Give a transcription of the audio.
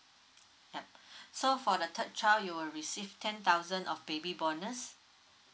yup so for the third child you will receive ten thousand of baby bonus